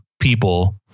people